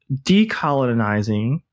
decolonizing